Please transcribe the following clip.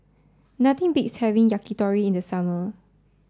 nothing beats having Yakitori in the summer